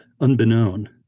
unbeknown